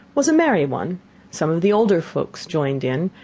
was a merry one some of the older folks joined in